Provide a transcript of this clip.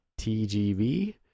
TGV